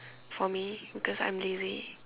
for me because I'm lazy